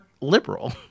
liberal